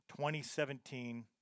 2017